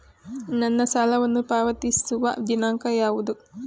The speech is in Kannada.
ನನ್ನ ಸಾಲವನ್ನು ಪಾವತಿಸುವ ದಿನಾಂಕ ಯಾವುದು?